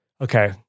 Okay